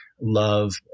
love